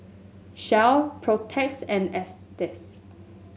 Shell Protex and Asics